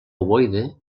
ovoide